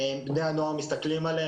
בני הנוער בודקים אותם,